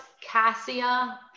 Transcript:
Cassia